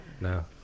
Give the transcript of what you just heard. no